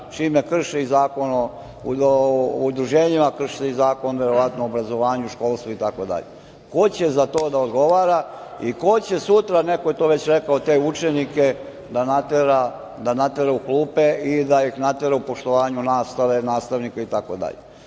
čime krše Zakon o udruženjima, krše verovatno i Zakon o obrazovanju, itd? Ko će za to da odgovara i ko će sutra, neko je to već rekao, te učenike da natera u klupe ili da ih natera u poštovanju nastave, nastavnika i